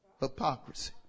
hypocrisy